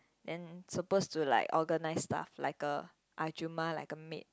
and supposed to like organise stuff like a ahjumma like a maid